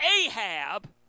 Ahab